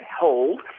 hold